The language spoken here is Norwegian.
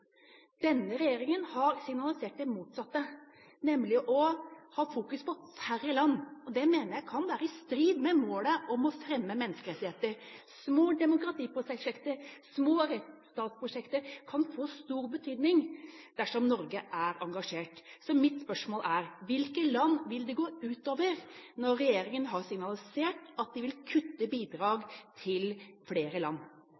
Denne regjeringa har signalisert det motsatte, nemlig ved å ha fokus på færre land. Det mener jeg kan være i strid med målet om å fremme menneskerettigheter. Små demokratiprosjekter og små rettsstatsprosjekter kan få stor betydning dersom Norge er engasjert. Så mitt spørsmål er: Hvilke land vil det gå ut over når regjeringa har signalisert at den vil kutte bidrag til flere land?